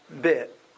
bit